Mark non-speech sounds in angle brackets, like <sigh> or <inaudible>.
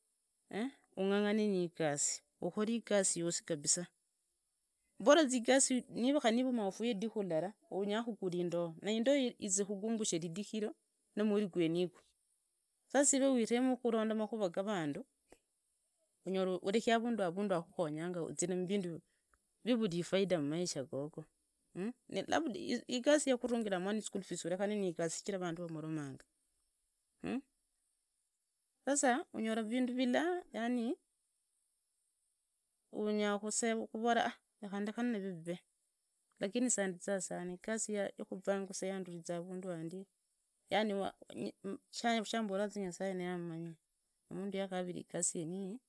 <hesitation> ungangane nigasi ukore igasi yosi kabisa bora za igasi niva kari mufuye ridiku lilara unyakugura indoho iyi nizekukunbushe ridiku irio nu mweri gwerigwo. Sasa ive wetmu kuronda makhura gavandu unyora areki avundu akukhonyanga uzire muvindo vivura ifaida mumaisha gogo. Labda igasi yo kutungira mwana ischol fees urokenane nigasi shijira vandu vamaromanga. Sasa unyora vindu vila yani unyakovora a reka ndekhane navyo vive. Lakini sandiza sana igasi ya yokumbangusa yanduriza avundu handi yani shamboraza nyasaye wanye niye amanyi. Mundu yangavira iyasi yeneyi